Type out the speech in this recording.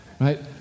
right